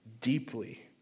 deeply